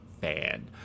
fan